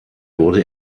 wurde